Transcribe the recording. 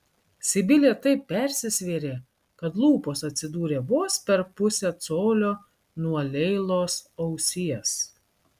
sibilė taip persisvėrė kad lūpos atsidūrė vos per pusę colio nuo leilos ausies